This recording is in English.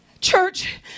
Church